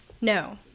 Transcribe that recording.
No